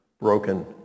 broken